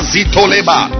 Zitoleba